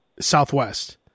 Southwest